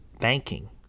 banking